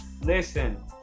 Listen